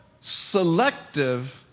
selective